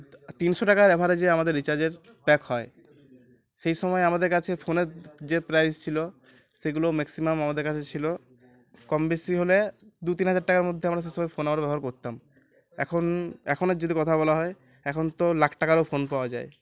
তিনশো টাকার অ্যাভারেজে আমাদের রিচার্জের প প্যাক হয় সেই সময় আমাদের কাছে ফোনের যে প্রাইস ছিলো সেগুলো ম্যাক্সিমাম আমাদের কাছে ছিলো কম বেশি হলে দু তিন হাজার টাকার মধ্যে আমরা সে সময় ফোনার ব্যবহার করতাম এখন এখনের যদি কথা বলা হয় এখন তো লাখ টাকারও ফোন পাওয়া যায়